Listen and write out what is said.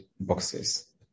boxes